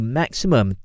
maximum